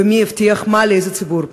מי הבטיח מה לאיזה ציבור?